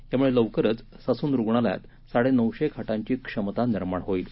यामुळे लवकरच ससून रुग्णालयात साडेनऊशे खाटांची क्षमता निर्माण होईल